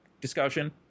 discussion